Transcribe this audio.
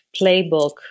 playbook